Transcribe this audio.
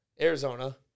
Arizona